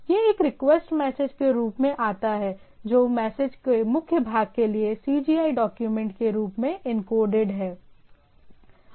यह एक request message के रूप में आता है जो मैसेज के मुख्य भाग के लिए CGI डॉक्यूमेंट के रूप में एन्कोडेड है